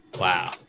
Wow